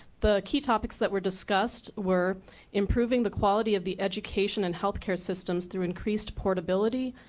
the key topics that were discussed were improving the quality of the education and health care systems through increased portability,